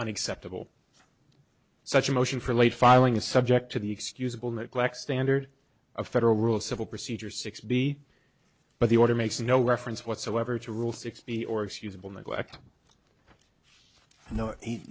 unacceptable such a motion for late filing is subject to the excusable neglect standard of federal rule civil procedure six b but the order makes no reference whatsoever to rule sixty or excusable neglect